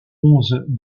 bronze